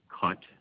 cut